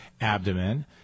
abdomen